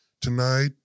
tonight